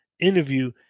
interview